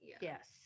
Yes